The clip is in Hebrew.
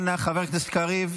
אנא, חבר הכנסת קריב.